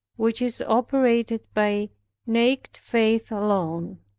which is operated by naked faith alone,